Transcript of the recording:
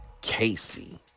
Casey